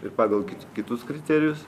ir pagal kitus kriterijus